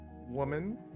woman